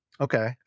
Okay